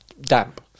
damp